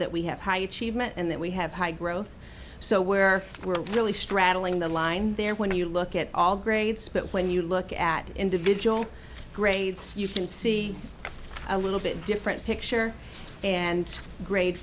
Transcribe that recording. that we have high achievement and that we have high growth so where were released rattling the line there when you look at all grades but when you look at individual grades you can see a little bit different picture and grade